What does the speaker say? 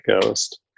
ghost